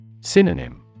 Synonym